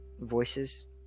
voices